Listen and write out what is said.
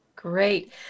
Great